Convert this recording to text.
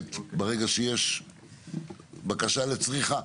פועלת ברגע שיש בקשה לצריכה.